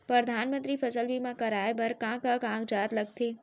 परधानमंतरी फसल बीमा कराये बर का का कागजात लगथे?